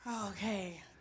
okay